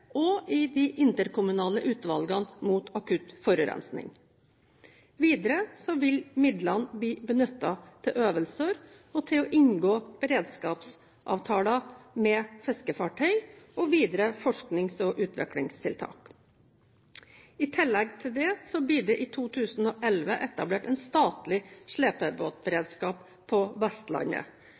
og i de interkommunale utvalgene mot akutt forurensning. Videre vil midlene bli benyttet til øvelser og til å inngå beredskapsavtaler med fiskefartøy og videre forsknings- og utviklingstiltak. I tillegg til det blir i det i 2011 etablert en statlig slepebåtberedskap på Vestlandet,